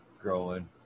growing